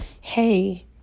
hey